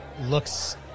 looks